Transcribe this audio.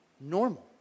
normal